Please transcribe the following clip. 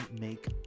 make